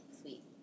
sweet